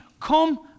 come